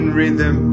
rhythm